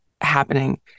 happening